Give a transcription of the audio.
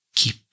keep